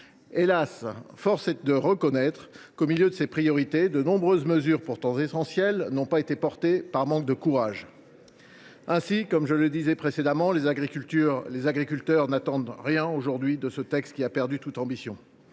Hélas ! force est de reconnaître qu’au milieu de ces priorités, de nombreuses mesures pourtant essentielles n’ont pas été portées, par manque de courage. Aussi les agriculteurs n’attendent ils plus rien aujourd’hui de ce texte qui a perdu toute ambition.